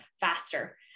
faster